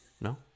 no